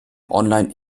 online